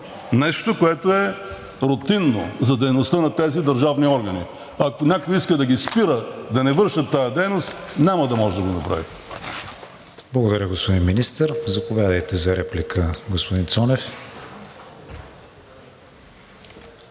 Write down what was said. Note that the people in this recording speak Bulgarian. нещо, което е рутинно за дейността на тези държавни органи. Ако някой иска да ги спира да не вършат тази дейност, няма да може да го направи. ПРЕДСЕДАТЕЛ КРИСТИАН ВИГЕНИН: Благодаря, господин Министър. Заповядайте за реплика, господин Цонев.